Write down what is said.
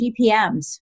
GPMs